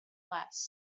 less